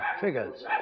figures